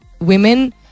Women